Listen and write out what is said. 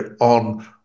On